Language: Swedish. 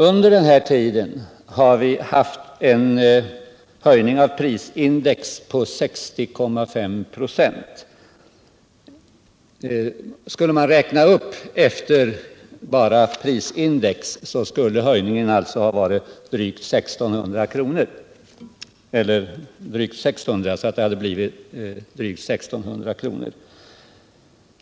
Under den här tiden har vi haft en höjning av prisindex på 60,5 96. Om man räknade upp bara efter prisindex skulle höjningen ha varit drygt 600 kr. , alltså till drygt 1 600 kr.